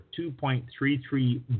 $2.33